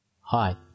hi